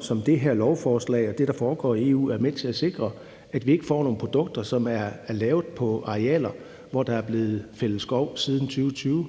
som det her lovforslag og det, der foregår i EU, er med til at sikre, nemlig at vi ikke får nogle produkter, som er lavet på arealer, hvor der er blevet fældet skov siden 2020.